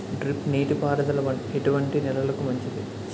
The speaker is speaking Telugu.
డ్రిప్ నీటి పారుదల ఎటువంటి నెలలకు మంచిది?